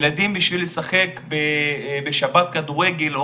ילדים בשביל לשחק בשבת כדורגל,